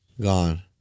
Gone